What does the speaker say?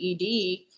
ED